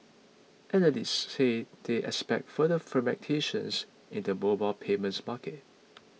analysts said they expect further fragmentation's in the mobile payments market